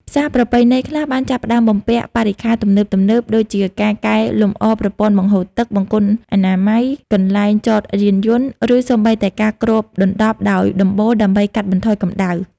ផ្សារប្រពៃណីខ្លះបានចាប់ផ្តើមបំពាក់បរិក្ខារទំនើបៗ ដូចជាការកែលម្អប្រព័ន្ធបង្ហូរទឹក បង្គន់អនាម័យ កន្លែងចតយានយន្ត ឬសូម្បីតែការគ្របដណ្តប់ដោយដំបូលដើម្បីកាត់បន្ថយកម្ដៅ។